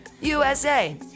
USA